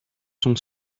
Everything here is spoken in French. son